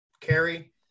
Carrie